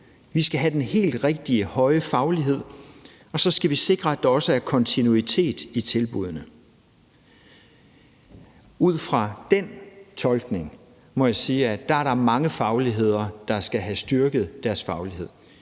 vi skal have den helt rigtige høje faglighed, og så skal vi sikre, at der også er kontinuitet i tilbuddene. Ud fra den tolkning må jeg sige, at der er mange fagligheder, der skal have styrket deres faglighed.